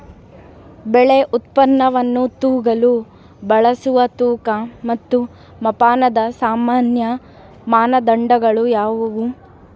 ಬೆಳೆ ಉತ್ಪನ್ನವನ್ನು ತೂಗಲು ಬಳಸುವ ತೂಕ ಮತ್ತು ಮಾಪನದ ಸಾಮಾನ್ಯ ಮಾನದಂಡಗಳು ಯಾವುವು?